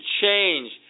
change